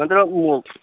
ମତଲବ୍ ହୁଁ